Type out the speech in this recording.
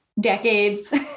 decades